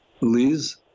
Liz